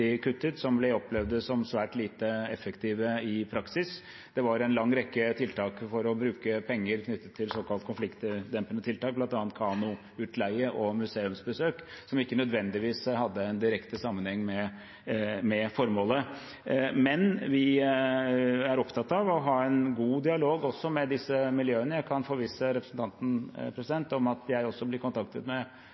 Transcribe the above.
kuttet, opplevd som svært lite effektive i praksis. Det var en lang rekke tiltak for å bruke penger knyttet til såkalt konfliktdempende tiltak, bl.a. kanoutleie og museumsbesøk, som ikke nødvendigvis hadde en direkte sammenheng med formålet. Vi er opptatt av å ha en god dialog også med disse miljøene. Jeg kan forvisse representanten om at jeg blir kontaktet